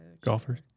Golfers